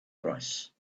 price